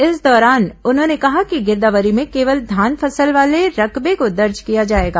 इस दौरान उन्होंने कहा कि गिरदावरी में केवल धान फसल वाले रकबे को दर्ज किया जाएगा